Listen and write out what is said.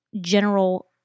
general